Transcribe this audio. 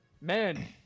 man